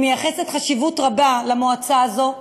אני מייחסת חשיבות רבה למועצה הזו,